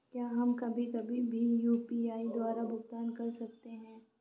क्या हम कभी कभी भी यू.पी.आई द्वारा भुगतान कर सकते हैं?